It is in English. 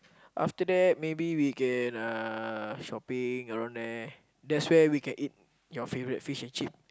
after that maybe we can uh shopping around there that's where we can eat your favourite fish and chip